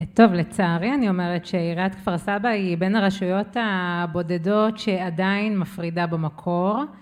טוב, לצערי אני אומרת שעיריית כפר סבא היא בין הרשויות הבודדות שעדיין מפרידה במקור